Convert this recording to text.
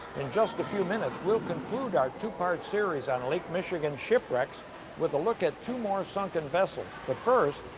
in just a few minutes, we'll conclude our two part series on lake michigan shipwrecks with a look at two more sunken vessels. but first,